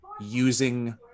using